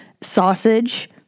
sausage